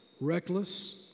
reckless